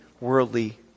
worldly